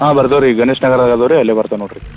ಹಾಂ ಬರ್ತವ್ ರೀ ಗಣೇಶ ನಗರ ಅದವು ರೀ ಅಲ್ಲೆ ಬರ್ತವ ನೋಡ್ರಿ